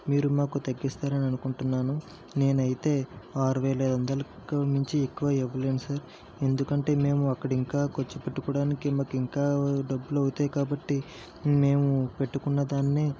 మీరు మాకు తగ్గిస్తారని అనుకుంటున్నాను నేనైతే ఆరువేల ఐదు వందలకు మించి ఎక్కువ ఇవ్వలేను సార్ ఎందుకంటే మేము అక్కడ ఇంకా ఖర్చు పెట్టుకోవడానికి మాకు ఇంకా డబ్బులు అవుతాయి కాబట్టి మేము పెట్టుకున్న దాన్నే